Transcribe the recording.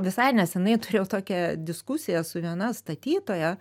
visai nesenai turėjau tokią diskusiją su viena statytoja